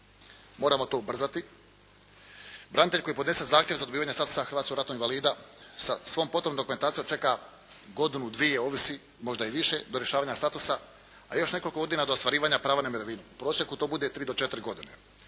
moramo to ubrzati. Branitelji koji podnese zahtjev za dobivanje statusa hrvatskog ratnog invalida sa svom potrebnom dokumentacijom čeka godinu, dvije ovisi, možda i više do rješavanja statusa, a još nekoliko godina do ostvarivanja prava na mirovinu. U prosjeku to bude tri do četiri godine.